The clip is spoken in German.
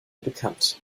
bekannt